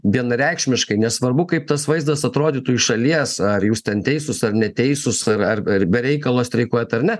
vienareikšmiškai nesvarbu kaip tas vaizdas atrodytų iš šalies ar jūs ten teisūs ar neteisūs ar be reikalo streikuoja ar ne